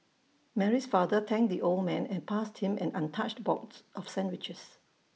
Mary's father thanked the old man and passed him an untouched box of sandwiches